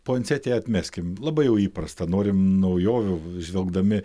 puansetiją atmeskim labai jau įprasta norim naujovių žvelgdami